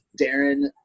Darren